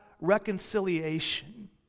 reconciliation